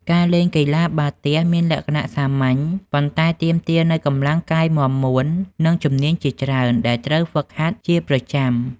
ការលេង កីឡាបាល់ទះ មានលក្ខណៈសាមញ្ញ ប៉ុន្តែទាមទារនូវកម្លាំងកាយមាំមួន និងជំនាញជាច្រើនដែលត្រូវហ្វឹកហាត់ជាប្រចាំ។